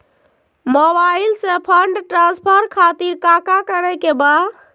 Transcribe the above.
Mobile से fund transfer खातिर काका करे के बा?